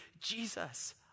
Jesus